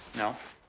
no.